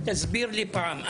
תסביר לי פעם.